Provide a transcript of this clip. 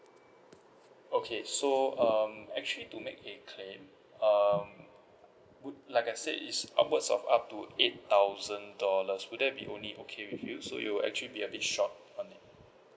okay so um actually to make a claim um would like I said it's onwards of up to eight thousand dollars would that be only okay with you so you actually be a bit short on this